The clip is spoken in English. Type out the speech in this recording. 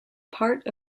part